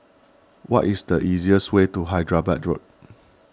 what is the easiest way to Hyderabad Road